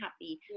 happy